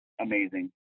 amazing